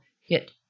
hit